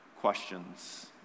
questions